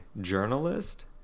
journalist